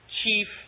chief